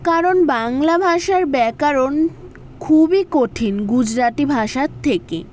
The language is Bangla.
কারণ বাংলা ভাষার ব্যাকরণ খুবই কঠিন গুজরাটি ভাষার থেকে